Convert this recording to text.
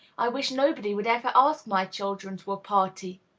i wish nobody would ever ask my children to a party.